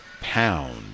pound